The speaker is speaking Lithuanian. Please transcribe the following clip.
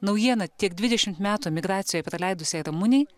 naujiena tiek dvidešimt metų emigracijoj praleidusiai ramunei